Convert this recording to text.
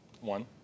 One